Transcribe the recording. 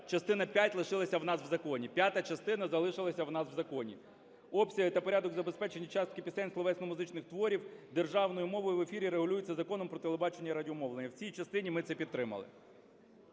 частина залишилася у нас в законі: "Обсяги та порядок забезпечення частки пісень (словесно-музичних творів) державною мовою в ефірі регулюється Законом України "Про телебачення і радіомовлення". В цій частині ми це підтримали.